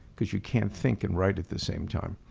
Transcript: cause you can't think and write at the same time.